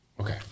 Okay